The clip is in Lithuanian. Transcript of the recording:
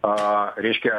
a reiškia